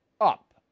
up